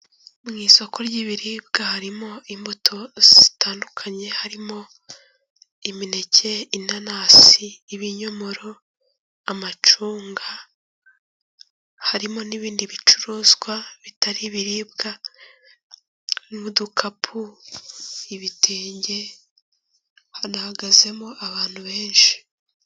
Mu isoko ry'ibiribwa harimo imbuto zitandukanye, harimo imineke, inanasi, ibinyomoro, amacunga, harimo n'ibindi bicuruzwa bitari ibiribwa, harimo udukapu, ibitenge, hanahagazemo abantu benshi.